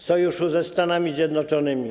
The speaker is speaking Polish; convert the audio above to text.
Sojusz ze Stanami Zjednoczonymi.